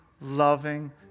loving